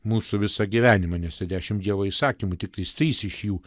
mūsų visą gyvenimą nes tai dešimt dievo įsakymų tiktais trys iš jų